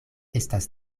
estas